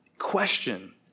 question